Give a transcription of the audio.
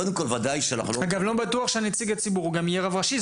אגב, לא בטוח שנציג הציבור הוא גם יהיה רב ראשי.